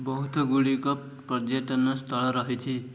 ବହୁତ ଗୁଡ଼ିକ ପର୍ଯ୍ୟଟନ ସ୍ଥଳ ରହିଛି